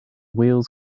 wheels